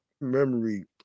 memory